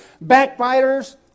backbiters